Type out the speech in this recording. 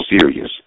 serious